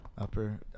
Upper